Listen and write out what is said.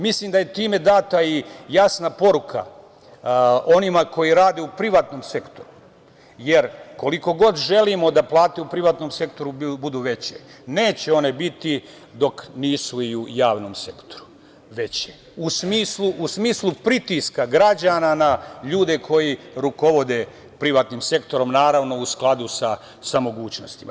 Mislim da je time data i jasna poruka onima koji rade u privatnom sektoru, jer koliko god želimo da plate u privatnom sektoru budu veće, neće one biti dok nisu i u javnom sektoru veće u smisli pritiska građana na ljude koji rukovode privatnim sektorom, naravno, u skladu sa mogućnostima.